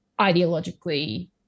ideologically